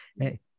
Hey